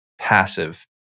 passive